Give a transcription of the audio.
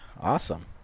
Awesome